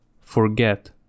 forget